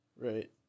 right